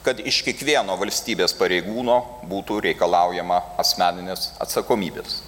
kad iš kiekvieno valstybės pareigūno būtų reikalaujama asmeninės atsakomybės